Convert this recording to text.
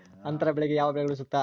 ಅಂತರ ಬೆಳೆಗೆ ಯಾವ ಬೆಳೆಗಳು ಸೂಕ್ತ?